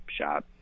shot